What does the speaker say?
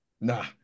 nah